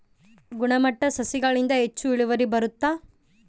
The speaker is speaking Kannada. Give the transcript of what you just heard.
ಗುಣಮಟ್ಟ ಸಸಿಗಳಿಂದ ಹೆಚ್ಚು ಇಳುವರಿ ಬರುತ್ತಾ?